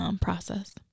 process